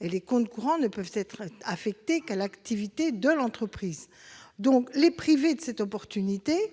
Les comptes courants ne peuvent être affectés qu'à l'activité de l'entreprise. Les priver de cette opportunité,